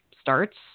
starts